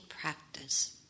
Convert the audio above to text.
practice